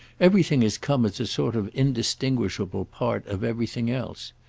everything has come as a sort of indistinguishable part of everything else.